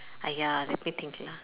!aiya! let me think lah